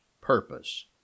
purpose